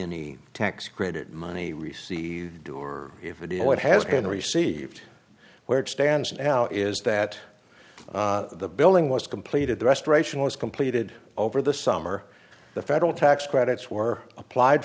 any tax credit money received or if it is what has been received where it stands now is that the building was completed the restoration was completed over the summer the federal tax credits were applied